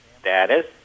Status